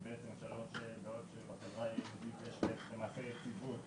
אז בעוד שבחברה היהודית יש יציבות,